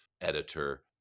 editor